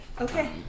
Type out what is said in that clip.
Okay